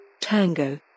Tango